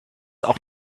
auch